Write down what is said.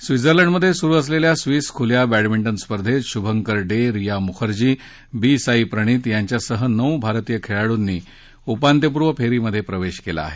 स्वित्झर्लंडमधे सुरू असलेल्या स्विस खुल्या बॅडमिंटन स्पर्धेत शुभंकर डे रिया मुखर्जी बी साई प्रणित यांच्यासह नऊ भारतीय खेळाडूनी उपांत्यपूर्व फेरीत प्रवेश केला आहे